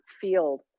field